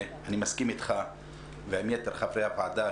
אני מסכים אתך ועם יתר חברי הוועדה,